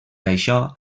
això